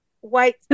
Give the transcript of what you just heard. white